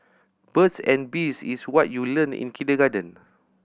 birds and bees is what you learnt in kindergarten